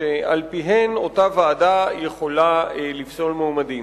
שעל-ידיהן היא יכולה לפסול מועמדים.